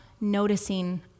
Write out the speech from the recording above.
noticing